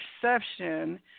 perception